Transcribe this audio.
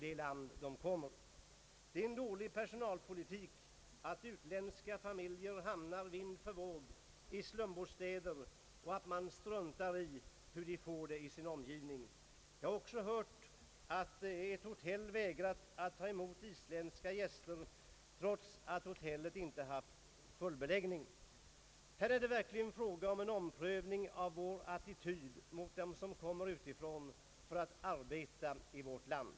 Det är en dålig personalpolitik att låta utländska familjer hamna vind för våg i slumbostäder och strunta i hur de får det i sin nya omgivning. Jag har också hört att ett hotell vägrat att ta emot isländska gäster, trots att hotellet inte varit fullbelagt. Här är det verkligen fråga om en omprövning av vår attityd mot dem som kommer utifrån för att arbeta i vårt land.